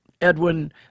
Edwin